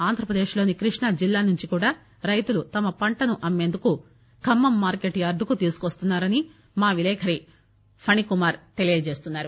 ఆంధ్రప్రదేశ్ లోని కృష్ణాజిల్లా నుంచి కూడా రైతులు తమ పంటను అమ్మేందుకు ఖమ్మం మార్కెట్ యార్డుకు తీసుకువస్తున్నా రని మా విలేకరి ఫణికుమార్ తెలియజేస్తున్నారు